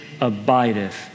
abideth